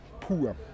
poor